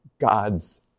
God's